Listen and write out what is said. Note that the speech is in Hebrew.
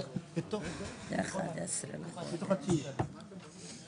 הצבעה הרוויזיה